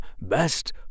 best